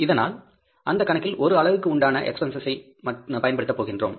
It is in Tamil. அதனால் இந்தக் கணக்கில் ஒரு அலகுக்கு உண்டான எக்ஸ்பென்ஸஸ் ஐ பயன்படுத்த போகின்றோம்